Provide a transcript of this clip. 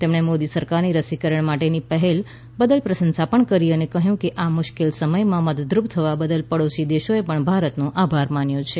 તેમણે મોદી સરકારની રસીકરણ માટેની પહેલ બદલ પ્રશંસા પણ કરી અને કહ્યું કે આ મુશ્કેલ સમયમાં મદદરૂપ થવા બદલ પડોશી દેશોએ પણ ભારતનો આભાર માન્યો છે